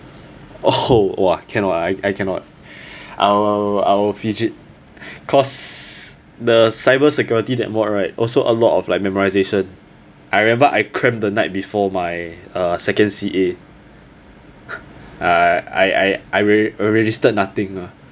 oh !wah! cannot I cannot I will I will fidget cause the cyber security that mod right also a lot of like memorization I remember I cramp the night before uh my second C_A I I I registered nothing ah